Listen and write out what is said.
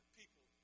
people